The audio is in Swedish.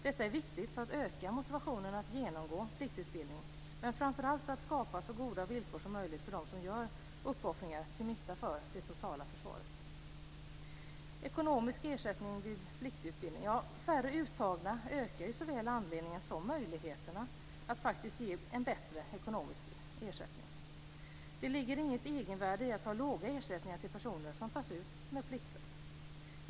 Detta är viktigt för att öka motivationen att genomgå pliktutbildning, men framför allt för att skapa så goda villkor som möjligt för dem som gör uppoffringar till nytta för det totala försvaret. I fråga om ekonomisk ersättning vid pliktutbildning är det ju så att färre uttagna ökar såväl anledningen som möjligheterna att faktiskt ge en bättre ekonomisk ersättning. Det ligger inget egenvärde i att ha låga ersättningar till personer som tas ut med pliktlag.